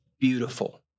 beautiful